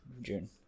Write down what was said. June